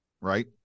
Right